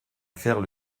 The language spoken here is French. faire